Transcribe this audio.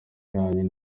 yanyu